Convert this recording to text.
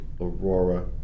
aurora